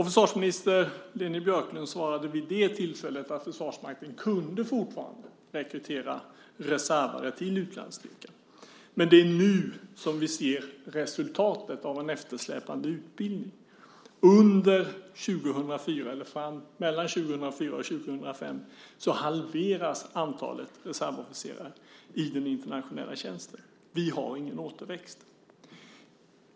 Försvarsminister Leni Björklund svarade vid det tillfället att Försvarsmakten fortfarande kunde rekrytera reservare till utlandsstyrkan. Men det är nu vi ser resultatet av en eftersläpande utbildning. Mellan 2004 och 2005 halveras antalet reservofficerare i den internationella tjänsten. Vi har ingen återväxt.